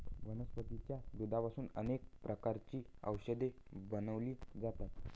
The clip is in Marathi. वनस्पतीच्या दुधापासून अनेक प्रकारची औषधे बनवली जातात